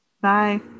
Bye